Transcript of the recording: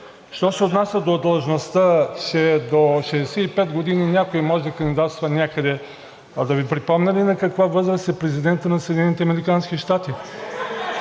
Що се отнася до длъжността, че до 65 години някой може да кандидатства някъде, да Ви припомня ли на каква възраст е президентът на